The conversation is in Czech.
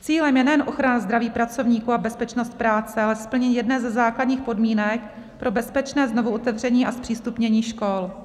Cílem je nejen ochrana zdraví pracovníků a bezpečnost práce, ale splnění jedné ze základních podmínek pro bezpečné znovuotevření a zpřístupnění škol.